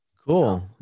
Cool